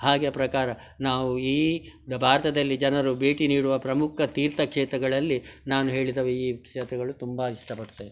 ಹಾಗೆ ಪ್ರಕಾರ ನಾವು ಈ ಭಾರತದಲ್ಲಿ ಜನರು ಭೇಟಿ ನೀಡುವ ಪ್ರಮುಖ ತೀರ್ಥಕ್ಷೇತ್ರಗಳಲ್ಲಿ ನಾನು ಹೇಳಿದ ಈ ಕ್ಷೇತ್ರಗಳು ತುಂಬ ಇಷ್ಟಪಡ್ತಾರೆ